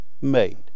made